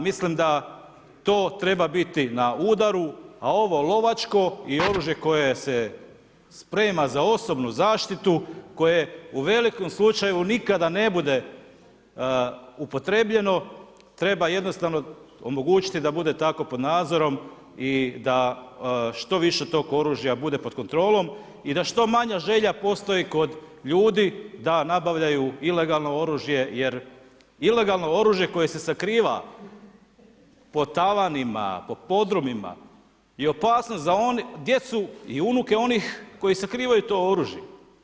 Mislim da to treba biti na udaru, a ovo lovačko i oružje koje se sprema za osobnu zaštitu koje u velikom slučaju nikada ne bude upotrebljeno treba jednostavno omogućiti da bude tako pod nadzorom i da što više tog oružja bude pod kontrolom i da što manja želja postoji kod ljudi da nabavljaju ilegalno oružje jer ilegalno oružje koje se sakriva po tavanima, po podrumima je opasnost za djecu i unuke onih koji sakrivaju to oružje.